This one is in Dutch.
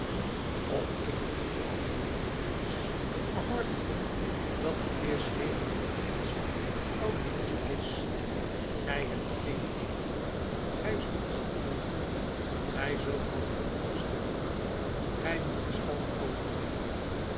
of ik antwoordde cornelis maar hoort gij wel dat het weer schering en inslag het oude liedje is gij hebt geen eten gij zult ziek worden gij zult van den honger sterven gij moet de stad overgeven